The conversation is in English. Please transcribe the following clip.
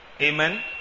amen